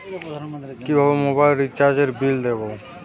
কিভাবে মোবাইল রিচার্যএর বিল দেবো?